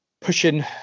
pushing